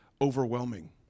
overwhelming